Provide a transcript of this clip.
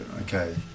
Okay